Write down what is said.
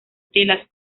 telas